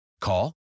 Call